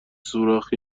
سوراخی